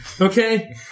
Okay